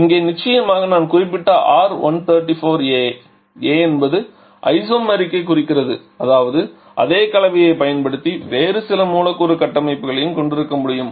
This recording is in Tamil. இங்கே நிச்சயமாக நான் குறிப்பிட வேண்டும் R134a a என்பது ஒரு ஐசோமரைக் குறிக்கிறது அதாவது அதே கலவையைப் பயன்படுத்தி வேறு சில மூலக்கூறு கட்டமைப்புகளையும் கொண்டிருக்க முடியும்